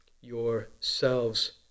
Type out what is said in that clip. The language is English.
yourselves